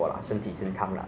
学业进步 lor